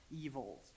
evils